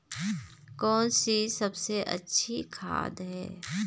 कौन सी सबसे अच्छी खाद है?